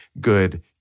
good